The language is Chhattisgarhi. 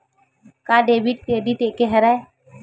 का डेबिट क्रेडिट एके हरय?